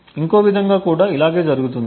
ఇంకో విధంగా కూడా ఇలాగే జరుగుతుంది